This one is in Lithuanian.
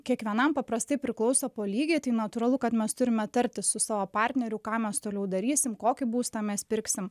kiekvienam paprastai priklauso po lygiai tai natūralu kad mes turime tartis su savo partneriu ką mes toliau darysim kokį būstą mes pirksim